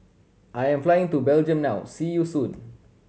I am flying to Belgium now see you soon